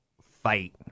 fight